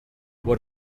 what